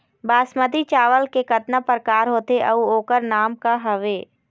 बासमती चावल के कतना प्रकार होथे अउ ओकर नाम क हवे?